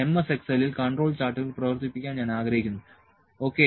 M S Excel ൽ control ചാർട്ടുകൾ പ്രവർത്തിപ്പിക്കാൻ ഞാൻ ആഗ്രഹിക്കുന്നു ഓക്കേ